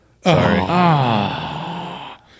Sorry